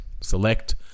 select